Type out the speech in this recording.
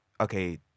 okay